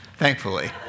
thankfully